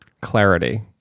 Clarity